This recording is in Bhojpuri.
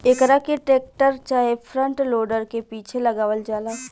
एकरा के टेक्टर चाहे फ्रंट लोडर के पीछे लगावल जाला